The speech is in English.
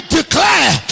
declare